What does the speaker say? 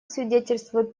свидетельствует